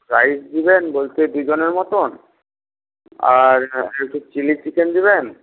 rice দিবেন বলছি দুজনের মতন আর একটু চিলি চিকেন দেবেন